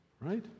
Right